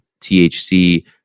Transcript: THC